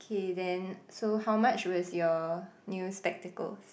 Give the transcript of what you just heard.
okay then so how much was your new spectacles